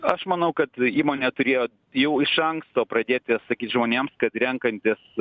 aš manau kad įmonė turėjo jau iš anksto pradėti sakyt žmonėms kad renkantis